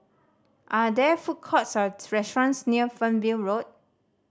are there food courts or restaurants near Fernvale Road